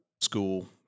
school